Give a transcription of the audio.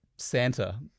Santa